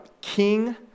king